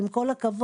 כי עם כל הכבוד,